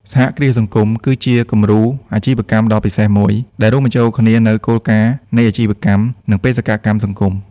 សហគ្រាសសង្គម គឺជាគំរូអាជីវកម្មដ៏ពិសេសមួយ ដែលរួមបញ្ចូលគ្នានូវគោលការណ៍នៃអាជីវកម្ម និងបេសកកម្មសង្គម។